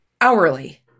hourly